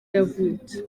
yavutse